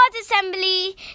assembly